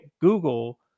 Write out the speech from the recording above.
google